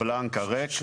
הבלנק הריק,